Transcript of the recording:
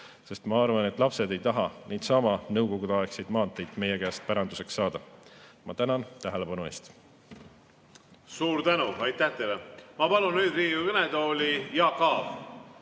lapsed. Ma arvan, et lapsed ei taha neidsamu Nõukogude-aegseid maanteid meie käest päranduseks saada. Ma tänan tähelepanu eest. Suur tänu, aitäh teile! Ma palun nüüd Riigikogu kõnetooli Jaak Aabi.